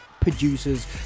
Producers